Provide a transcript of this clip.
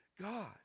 god